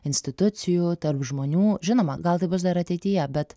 institucijų tarp žmonių žinoma gal tai bus dar ateityje bet